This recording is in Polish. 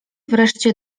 wreszcie